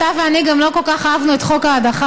אתה ואני גם לא כל כך אהבנו את חוק ההדחה,